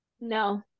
No